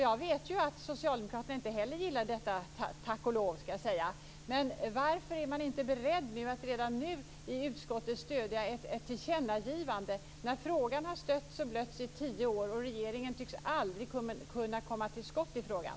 Jag vet ju att socialdemokraterna inte heller gillar detta - tack och lov, skall jag säga. Men varför är man inte beredd att redan nu i utskottet stödja ett tillkännagivande? Frågan har stötts och blötts i tio år och regeringen tycks aldrig kunna komma till skott i frågan.